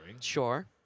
Sure